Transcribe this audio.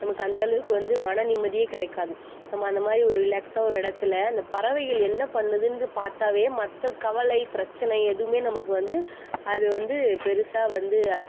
நமக்கு அந்தளவுக்கு வந்து மனநிம்மதியே கிடைக்காது நம்ம அந்த மாதிரி ஒரு ரிலேக்ஸாக ஒரு இடத்துல அந்த பறவைகள் என்ன பண்ணுதுன்னு பார்த்தாவே மற்ற கவலை பிரச்சனை எதுவுமே நமக்கு வந்து அது வந்து பெருசாக வந்து